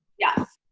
yes.